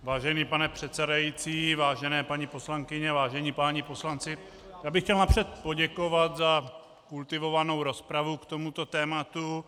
Vážený pane předsedající, vážené paní poslankyně, vážení páni poslanci, já bych chtěl napřed poděkovat za kultivovanou rozpravu k tomuto tématu.